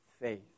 faith